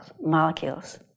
molecules